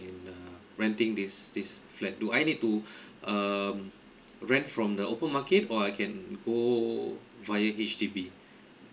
in uh renting this this flat do I need to um rent from the open market or I can go via H_D_B